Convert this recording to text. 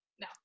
no